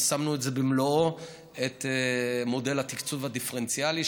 יישמנו במלואו את מודל התקצוב הדיפרנציאלי,